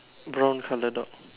brown colour dog